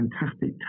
fantastic